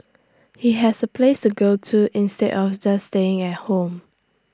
he has A place to go to instead of just staying at home